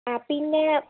അ പിന്നെ